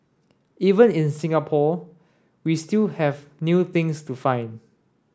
even in Singapore we still have new things to find